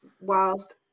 whilst